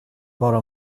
bara